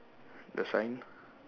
the sign